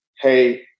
Hey